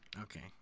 Okay